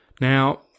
Now